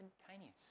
Instantaneous